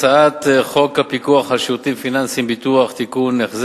הצעת חוק הפיקוח על שירותים פיננסיים (ביטוח) (תיקון,